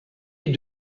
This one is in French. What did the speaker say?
est